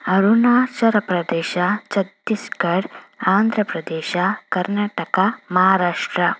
Arunachal Pradesh Chhattisgarh Andhra Pradesh Karnataka Maharashtra